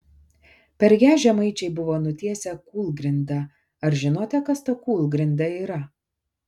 per ją žemaičiai buvo nutiesę kūlgrindą ar žinote kas ta kūlgrinda yra